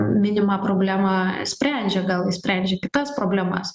minimą problemą sprendžia gal jis sprendžia kitas problemas